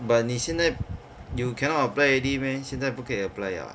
but 你现在 you cannot apply already meh 现在不可以 apply liao ah